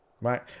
right